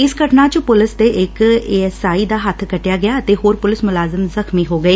ਇਸ ਘਟਨਾ 'ਚ ਪੁਲਿਸ ਦੇ ਇਕ ਏਐਸਆਈ ਦਾ ਹੱਬ ਕੱਟ ਗਿਆ ਅਤੇ ਹੋਰ ਪੁਲਿਸ ਮੁਲਾਜਮ ਜਖਮੀ ਹੋ ਗਏ